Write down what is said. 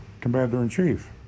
commander-in-chief